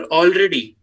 already